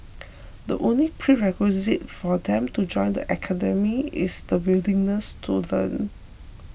the only prerequisite for them to join the academy is the willingness to learn